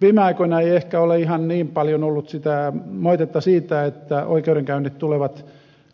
viime aikoina ei ehkä ole ihan niin paljon ollut sitä moitetta siitä että oikeudenkäynnit tulevat